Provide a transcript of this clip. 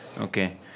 Okay